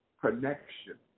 connection